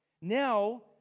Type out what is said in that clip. Now